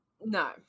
No